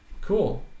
Cool